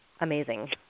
amazing